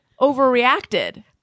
overreacted